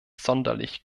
sonderlich